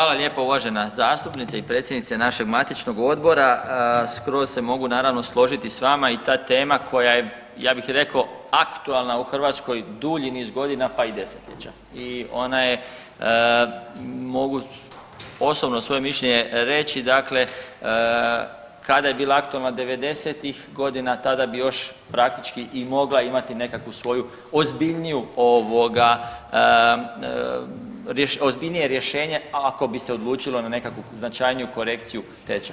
Hvala lijepa uvažena zastupnice i predsjednice našeg matičnog odbora, skroz se mogu naravno složiti s vama i ta tema koja je ja bih rekao aktualna u Hrvatskoj dulji niz godina pa i desetljeća i ona je mogu osobno svoje mišljenje reći dakle kada je bila aktualna '90.-ih godina tada bi još praktički i mogla imati nekakvu svoju ozbiljniju ovoga, ozbiljnije rješenje ako bi se odlučilo na nekakvu značajniju korekciju tečaja.